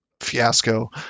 fiasco